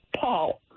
Paul